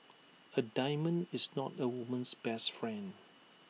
A diamond is not A woman's best friend